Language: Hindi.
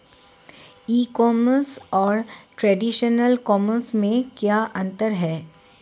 ई कॉमर्स और ट्रेडिशनल कॉमर्स में क्या अंतर है?